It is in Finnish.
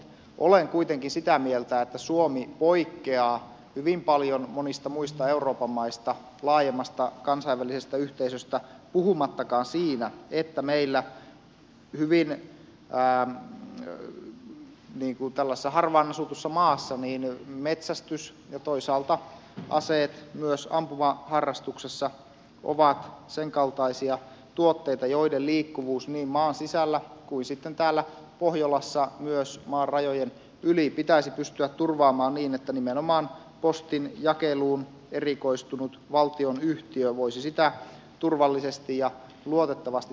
olen kuitenkin sitä mieltä että suomi poikkeaa hyvin paljon monista muista euroopan maista laajemmasta kansainvälisestä yhteisöstä puhumattakaan siinä että meillä tällaisessa hyvin harvaan asutussa maassa metsästys ja toisaalta aseet myös ampumaharrastuksessa ovat sen kaltaisia tuotteita joiden liikkuvuus niin maan sisällä kuin sitten täällä pohjolassa myös maan rajojen yli pitäisi pystyä turvaamaan niin että nimenomaan postinjakeluun erikoistunut valtionyhtiö voisi sitä turvallisesti ja luotettavasti tehdä